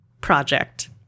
project